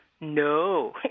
No